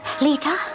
Lita